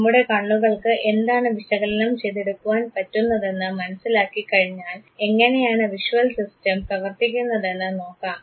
നമ്മുടെ കണ്ണുകൾക്ക് എന്താണ് വിശകലനം ചെയ്തെടുക്കാൻ പറ്റുന്നതെന്ന് മനസ്സിലാക്കി കഴിഞ്ഞാൽ എങ്ങനെയാണ് വിഷ്വൽ സിസ്റ്റം പ്രവർത്തിക്കുന്നതെന്ന് നോക്കാം